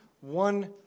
one